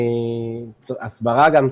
הסברה גם,